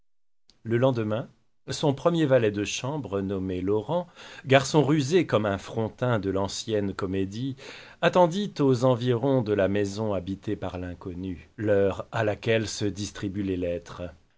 le lendemain son premier valet de chambre nommé laurent garçon rusé comme un frontin de l'ancienne comédie attendit aux environs de la maison habitée par l'inconnue l'heure à laquelle se distribuent les lettres